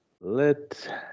Let